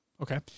Okay